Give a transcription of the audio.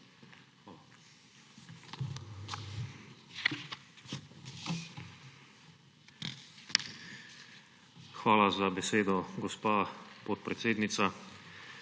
Hvala za besedo, gospa podpredsednica.